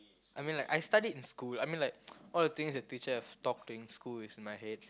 I mean like I studied in school I mean like all the things that teacher have talked in school is in my head